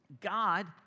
God